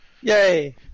Yay